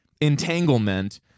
entanglement